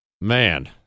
man